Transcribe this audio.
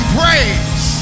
praise